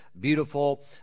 beautiful